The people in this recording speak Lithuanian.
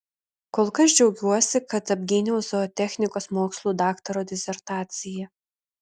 kol kas džiaugiuosi kad apgyniau zootechnikos mokslų daktaro disertaciją